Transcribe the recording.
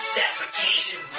defecation